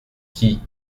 qui